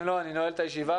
אם לא, אני נועל את הישיבה.